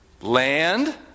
Land